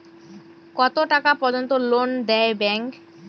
কত টাকা পর্যন্ত লোন দেয় ব্যাংক?